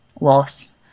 loss